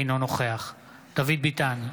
אינו נוכח דוד ביטן,